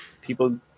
people